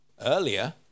earlier